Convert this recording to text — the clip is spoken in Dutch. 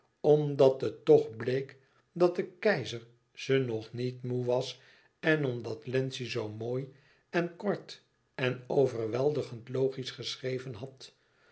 omdat het toch bleek dat de keizer ze nog niet moê was en omdat wlenzci zoo mooi en kort en overweldigend logisch geschreven had